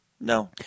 No